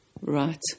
Right